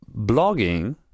blogging